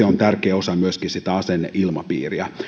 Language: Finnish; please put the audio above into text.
on tärkeä osa sitä asenneilmapiiriä